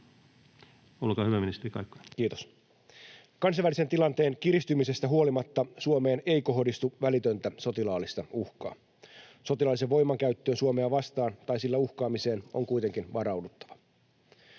välitöntä... Kiitos! — Kansainvälisen tilanteen kiristymisestä huolimatta Suomeen ei kohdistu välitöntä sotilaallista uhkaa. Sotilaalliseen voimankäyttöön Suomea vastaan tai sillä uhkaamiseen on kuitenkin varauduttava.